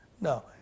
No